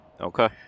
Okay